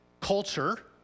culture